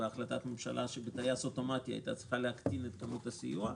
בהחלטת ממשלה שבטייס אוטומטי הייתה צריכה להקטין את כמות הסיוע,